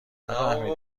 نمیفهمیدم